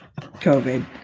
COVID